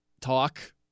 talk